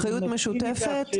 אחריות משותפת.